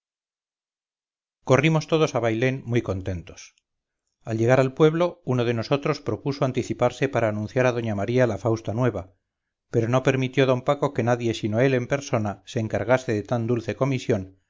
corrimos todos a bailén muy contentos al llegar al pueblo uno de nosotros propuso anticiparse para anunciar a doña maría la fausta nueva pero no permitió d paco que nadie sino él en persona se encargase de tan dulce comisión